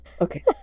Okay